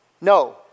No